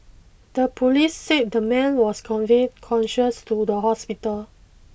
the police said the man was conveyed conscious to the hospital